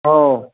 ꯑꯧ